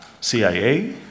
CIA